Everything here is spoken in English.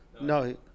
No